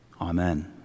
Amen